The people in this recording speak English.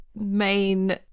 main